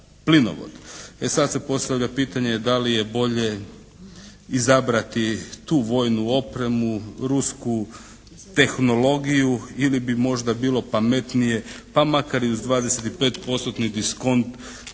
E sad se postavlja pitanje da li je bolje izabrati tu vojnu opremu, rusku tehnologiju ili bi možda bilo pametnije pa makar i uz 25%-tni diskont